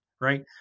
Right